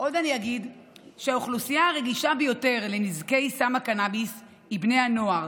עוד אני אגיד שהאוכלוסייה הרגישה ביותר לנזקי סם הקנביס היא בני הנוער